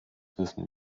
wissen